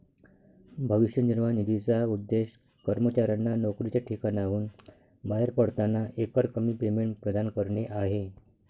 भविष्य निर्वाह निधीचा उद्देश कर्मचाऱ्यांना नोकरीच्या ठिकाणाहून बाहेर पडताना एकरकमी पेमेंट प्रदान करणे आहे